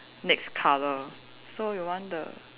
next colour so you want the